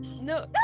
No-